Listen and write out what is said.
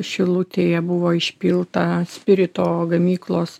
šilutėje buvo išpilta spirito gamyklos